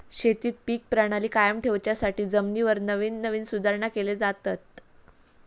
शेतीत पीक प्रणाली कायम ठेवच्यासाठी जमिनीवर नवीन नवीन सुधारणा केले जातत